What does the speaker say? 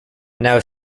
now